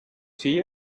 see